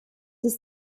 ist